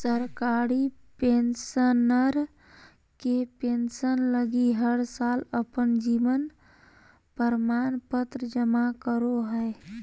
सरकारी पेंशनर के पेंसन लगी हर साल अपन जीवन प्रमाण पत्र जमा करो हइ